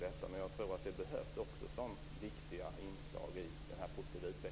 Men jag tror att det också behövs som viktiga inslag i denna positiva utveckling framöver.